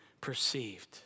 perceived